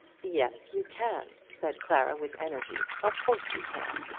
yes, you can, said clara with energy. of course you can.